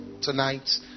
tonight